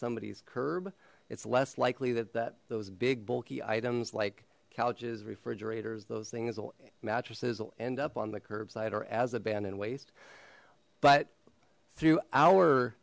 somebody's curb it's less likely that that those big bulky items like couches refrigerators those things mattresses will end up on the curbside or as a bandhan waste but